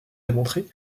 démontrée